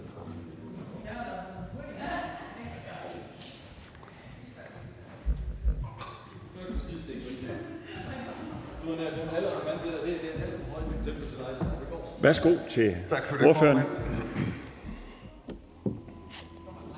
Værsgo til ordføreren.